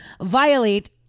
violate